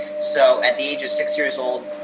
so at the age of six years old,